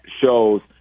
shows